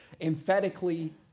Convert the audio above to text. emphatically